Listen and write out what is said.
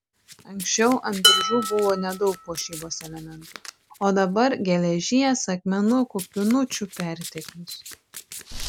anksčiau ant diržų buvo nedaug puošybos elementų o dabar geležies akmenukų pynučių perteklius